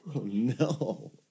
no